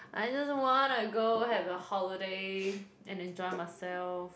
I just wanna go have a holiday and enjoy myself